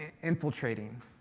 infiltrating